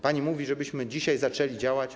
Pani mówi, żebyśmy dzisiaj zaczęli działać?